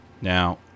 Now